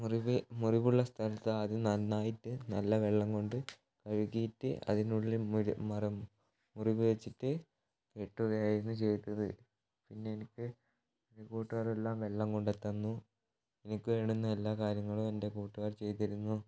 മുറിവ് മുറിവുള്ള സ്ഥലത്ത് ആദ്യം നന്നായിട്ട് നല്ല വെള്ളം കൊണ്ട് കഴുകീട്ട് അതിനുള്ളിൽ മറ മുറിവ് വച്ചിട്ട് കെട്ടുകയായിരുന്നു ചെയ്തത് പിന്നെ എനിക്ക് കൂട്ടുകാരെല്ലാം വെള്ളം കൊണ്ടു തന്നു എനിക്ക് വേണ്ടുന്ന എല്ലാ കാര്യങ്ങളും എൻ്റെ കൂട്ടുകാർ ചെയ്തിരുന്നു